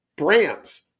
brands